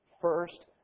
First